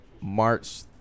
March